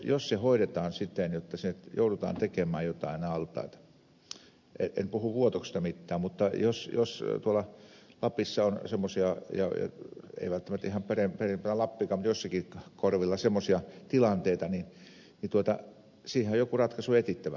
jos se hoidetaan siten jotta joudutaan tekemään jotain altaita en puhu vuotoksesta mitään mutta jos tuolla lapissa ei välttämättä ihan perimmäisimmässä lapissakaan mutta jossakin korvilla on semmoisia tilanteita niin siihen on joku ratkaisu etsittävä